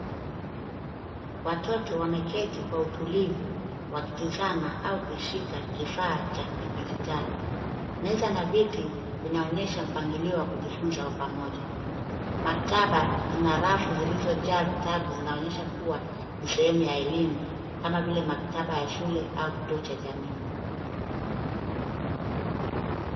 Watoto wameketi kwa utulivu wakitazama au kushika kifaa cha kidijitali. Meza na viti vinaonyesha mpangilio wa kujifunza wa pamoja. Maktaba zina rafu zilizojaa vitabu zinaonyesha kuwa ni sehemu ya elimu kama vile maktaba ya shule au kituo cha jamii.